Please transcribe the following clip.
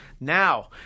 now